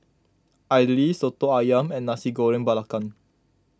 Idly Soto Ayam and Nasi Goreng Belacan